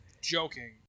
joking